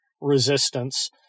resistance